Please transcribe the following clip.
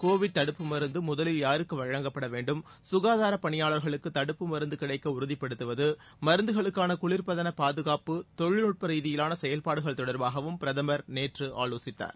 கோவிட்தடுப்பு வழங்கப்படவேண்டும் யாருக்கு மருந்து முதலில் சுகாதாரபணியாளர்களுக்குதடுப்புமருந்துகிடைக்கஉறுதிப்படுத்து வத்துமருந்துகளுக்காள குளிர்பதன பாதுகாப்பு தொழில்நுட்ப ரீதியிலான செயல்பாடுகள் தொடர்பாகவும் பிரதமர் நேற்று ஆலோசித்தார்